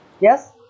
yes